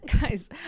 Guys